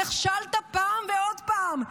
נכשלת פעם ועוד פעם.